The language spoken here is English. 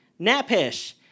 Napish